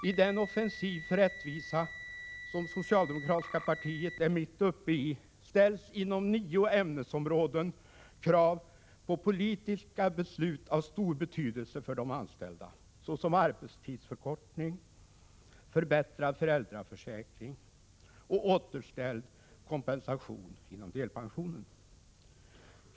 I den offensiv för rättvisa som socialdemokratiska partiet är mitt uppe i ställs inom nio ämnesområden krav på politiska beslut av stor betydelse för de anställda — det gäller bl.a. arbetstidsförkortning, förbättrad föräldraförsäkring och återställd kompensation inom delpensionen.